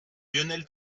lionel